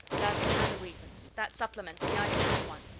that's another reason that supplements the ice-ax one!